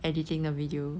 editing the video